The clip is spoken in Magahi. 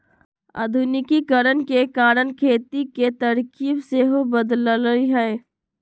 आधुनिकीकरण के कारण खेती के तरकिब सेहो बदललइ ह